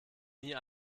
nie